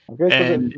Okay